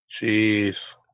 Jeez